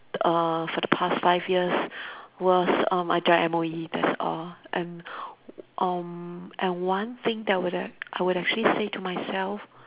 err for the past five years was uh I joined M_O_E that's all and um and one thing that I would have I would actually say to myself